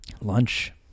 Lunch